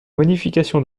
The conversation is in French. modification